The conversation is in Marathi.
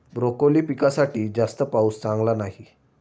ब्रोकोली पिकासाठी जास्त पाऊस चांगला नाही